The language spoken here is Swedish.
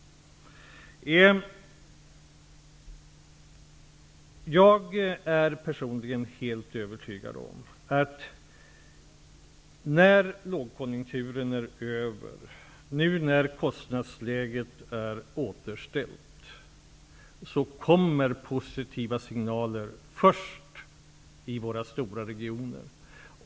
Personligen är jag helt övertygad om att det, nu när kostnadsläget är återställt och när lågkonjunkturen är över, kommer positiva signaler. Det sker först i våra stora regioner.